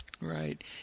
Right